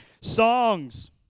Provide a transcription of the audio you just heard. songs